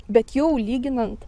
bet jau lyginant